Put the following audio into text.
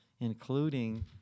including